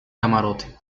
camarote